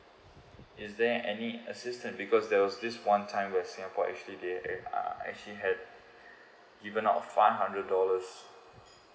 is there any assistance because there was this one time where singapore actually they eh are actually had given out five hundred dollars